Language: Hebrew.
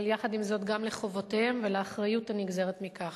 אבל יחד עם זאת גם לחובותיהם ולאחריות הנגזרת מכך.